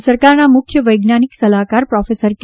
કેન્દ્ર સરકારના મુખ્ય વૈજ્ઞાનિક સલાહકાર પ્રોફેસર કે